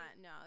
no